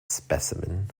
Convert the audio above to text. specimen